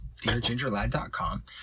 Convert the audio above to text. DearGingerLad.com